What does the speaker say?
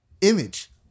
image